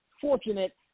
fortunate